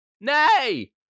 Nay